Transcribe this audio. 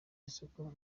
isuku